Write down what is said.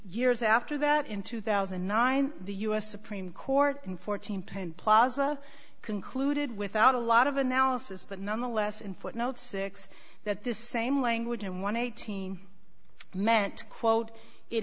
years after that in two thousand and nine the u s supreme court in fourteen penn plaza concluded without a lot of analysis but nonetheless in footnote six that this same language and one eighteen meant to quote it